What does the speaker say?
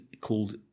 called